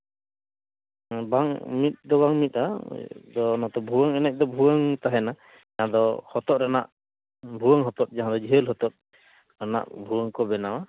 ᱵᱟᱝ ᱢᱤᱫ ᱫᱚ ᱵᱟᱝ ᱢᱤᱫᱼᱟ ᱛᱮ ᱱᱚᱛᱮ ᱵᱷᱩᱣᱟᱹᱝ ᱮᱱᱮᱡ ᱫᱚ ᱵᱷᱩᱣᱟᱰᱝ ᱛᱟᱦᱮᱱᱟ ᱡᱟᱦᱟᱸ ᱫᱚ ᱦᱚᱛᱚᱫ ᱨᱮᱱᱟᱜ ᱵᱷᱩᱣᱟᱹᱝ ᱦᱚᱛᱚᱫ ᱡᱟᱦᱟᱸ ᱫᱚ ᱡᱷᱟᱹᱞ ᱦᱚᱛᱚᱫ ᱨᱮᱱᱟᱜ ᱵᱷᱩᱣᱟᱹᱝ ᱠᱚ ᱵᱮᱱᱟᱣᱟ